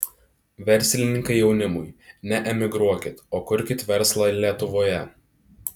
verslininkai jaunimui neemigruokit o kurkit verslą lietuvoje